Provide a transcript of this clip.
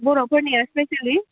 बर'फोरनिया स्पेसेलि